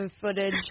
footage